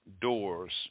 doors